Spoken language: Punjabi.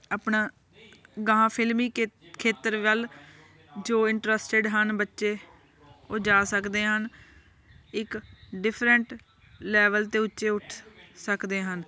ਆਪਣਾ ਗਾਂਹਾਂ ਫਿਲਮੀ ਕੇ ਖੇਤਰ ਵੱਲ ਜੋ ਇੰਟਰਸਟਿਡ ਹਨ ਬੱਚੇ ਉਹ ਜਾ ਸਕਦੇ ਹਨ ਇੱਕ ਡਿਫਰੈਂਟ ਲੈਵਲ 'ਤੇ ਉੱਚੇ ਉੱਠ ਸਕਦੇ ਹਨ